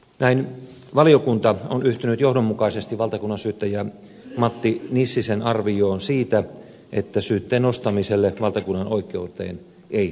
näin valiokunta on yhtynyt johdonmukaisesti valtakunnansyyttäjä matti nissisen arvioon siitä että syytteen nostamiselle valtakunnanoikeuteen ei löydy perusteita